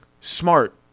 Smart